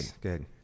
good